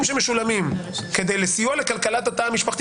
שמשולמים לסיוע לכלכלת התא המשפחתי,